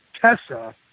Tessa